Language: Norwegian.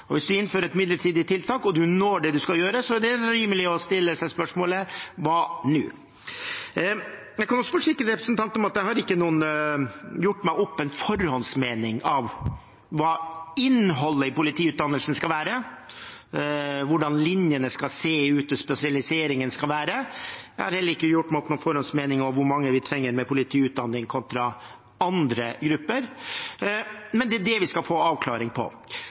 Hvis man innfører et midlertidig tiltak, og man når det man skal nå, er det rimelig å stille seg spørsmålet: Hva nå? Jeg kan også forsikre representanten om at jeg har ikke gjort meg opp noen forhåndsmening om hva innholdet i politiutdannelsen skal være, hvordan linjene skal se ut, hvordan spesialiseringen skal være. Jeg har heller ikke gjort meg opp noen forhåndsmening om hvor mange vi trenger med politiutdanning kontra andre grupper. Det er det vi skal få en avklaring på.